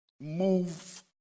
move